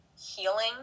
healing